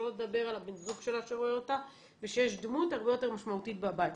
שלא לדבר על בן הזוג שלה שרואה אותה ושיש דמות הרבה יותר משמעותית בבית,